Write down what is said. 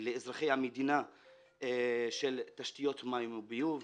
לאזרחי המדינה של תשתיות מים וביוב.